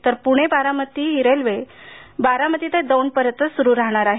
तर पुणे बारामती रेल्वे बारामती ते दौंड पर्यंतच सुरू राहील